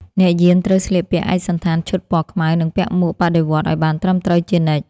អ្នកយាមត្រូវស្លៀកពាក់ឯកសណ្ឋានឈុតពណ៌ខ្មៅ និងពាក់មួកបដិវត្តន៍ឱ្យបានត្រឹមត្រូវជានិច្ច។